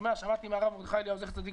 שמעתי מהרב מרדכי אליהו זצק"ל,